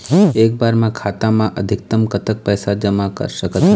एक बार मा खाता मा अधिकतम कतक पैसा जमा कर सकथन?